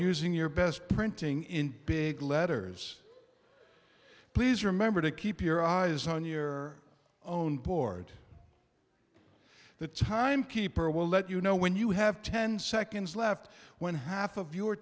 using your best printing in big letters please remember to keep your eyes on your own board the timekeeper will let you know when you have ten seconds left when half of your